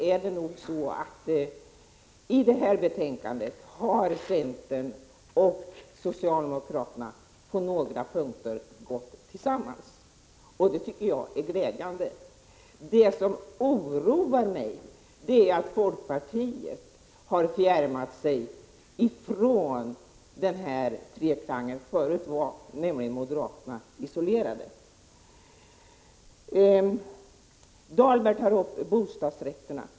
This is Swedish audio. I det här betänkandet har centern och socialdemokraterna gått tillsammans på några punkter. Det tycker jag är glädjande. Det som oroar mig är att folkpartiet har fjärmat sig från treklangen — förut var nämligen moderaterna isolerade. Dahlberg tog upp frågan om bostadsrätterna.